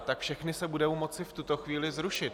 Tak všechny se budou moci v tuto chvíli zrušit.